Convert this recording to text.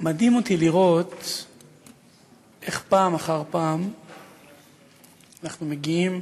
מדהים אותי לראות איך פעם אחר פעם אנחנו מגיעים